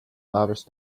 lavish